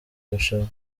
rushanwa